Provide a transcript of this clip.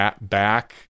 back